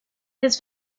his